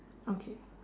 okay